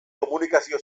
komunikazio